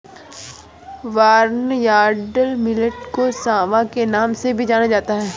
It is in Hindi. बर्नयार्ड मिलेट को सांवा के नाम से भी जाना जाता है